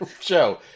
show